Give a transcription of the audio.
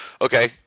okay